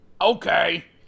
okay